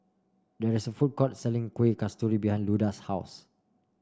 there is a food court selling Kuih Kasturi behind Luda's house